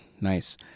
Nice